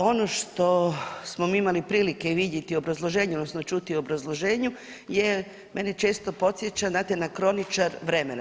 Ono što smo mi imali prilike vidjeti u obrazloženju, odnosno čuti u obrazloženju je, mene često podsjeća, znate na kroničar vremena.